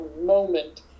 moment